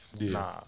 nah